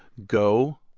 go.